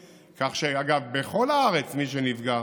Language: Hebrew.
אגב, בכל הארץ מי שנפגע